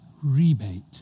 rebate